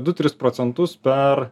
du tris procentus per